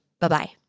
Bye-bye